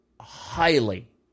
highly